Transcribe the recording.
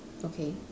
okay